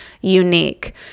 unique